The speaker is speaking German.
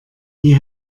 wie